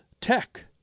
tech